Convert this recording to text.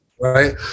Right